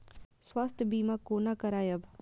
स्वास्थ्य सीमा कोना करायब?